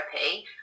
therapy